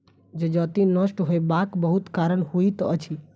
जजति नष्ट होयबाक बहुत कारण होइत अछि